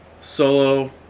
solo